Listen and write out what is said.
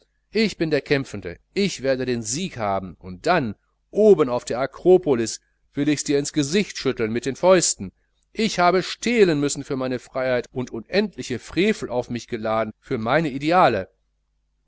ich bin der kämpfende ich werde den sieg haben und dann oben auf der akropolis will ich dirs in's gesicht schütteln mit meinen fäusten ich habe stehlen müssen für meine freiheit und unendliche frevel auf mich geladen für meine ideale